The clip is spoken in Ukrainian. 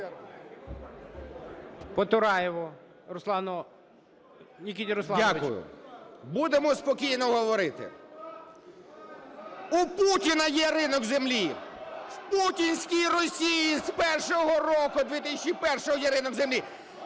Дякую. Будемо спокійно говорити. У Путіна є ринок землі. В путінській Росії з першого року, 2001, є ринок землі.